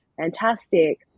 fantastic